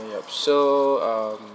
yup so um